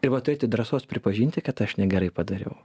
tai va turėti drąsos pripažinti kad aš negerai padariau